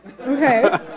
Okay